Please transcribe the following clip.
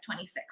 26